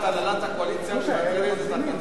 האם החלטת הנהלת הקואליציה מבטלת את החלטת ועדת השרים?